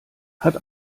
hat